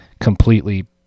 completely